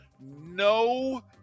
no